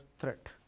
threat